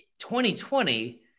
2020